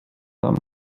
tam